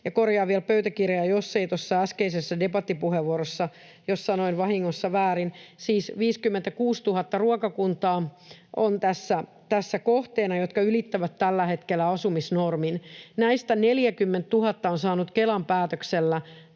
korjaan vielä pöytäkirjaan, jos tuossa äskeisessä debattipuheenvuorossa sanoin vahingossa väärin — siis 56 000 ruokakuntaa on tässä kohteena, jotka ylittävät tällä hetkellä asumisnormin. Näistä 40 000 on saanut Kelan päätöksellä